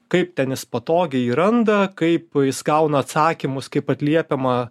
kaip ten jis patogiai randa kaip jis gauna atsakymus kaip atliepiama